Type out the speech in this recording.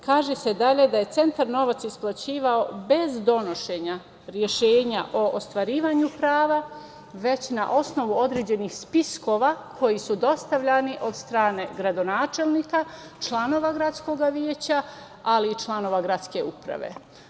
Kaže se dalje da je centar novac isplaćivao bez donošenja rešenja o ostvarivanju prava, već na osnovu određenih spiskova koji su dostavljani od strane gradonačelnika, članova gradskog veća, ali i članova gradske uprave.